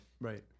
Right